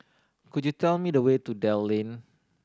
could you tell me the way to Dell Lane